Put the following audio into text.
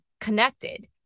connected